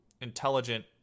intelligent